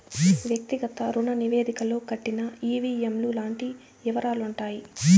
వ్యక్తిగత రుణ నివేదికలో కట్టిన ఈ.వీ.ఎం లు లాంటి యివరాలుంటాయి